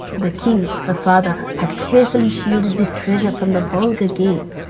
the king, her father, has carefully shielded this treasure from the vulgar gaze,